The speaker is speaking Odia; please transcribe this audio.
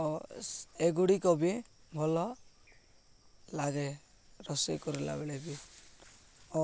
ଓ ଏଗୁଡ଼ିକ ବି ଭଲ ଲାଗେ ରୋଷେଇ କରିଲାବେଳେ ବି ଓ